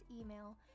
email